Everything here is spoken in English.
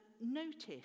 notice